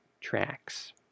tracks